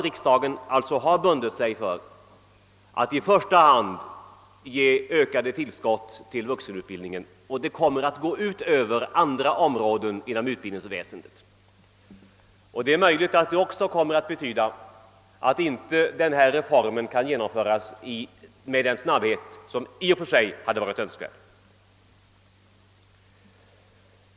Riks dagen har alltså bundit sig för att i första hand ge ökade tillskott till vuxenutbildningen, och det kommer att gå ut över andra områden inom utbildningsväsendet. Det är möjligt att det också kommer att betyda att den nu aktuella reformen inte kan genomföras med den snabbhet som i och för sig hade varit önskvärd.